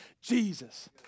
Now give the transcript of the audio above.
Jesus